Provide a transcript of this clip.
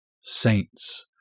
saints